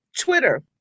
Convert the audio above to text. Twitter